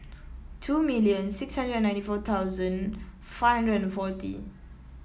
two million six hundred and ninety four thousand five hundred and forty